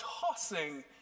tossing